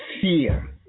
fear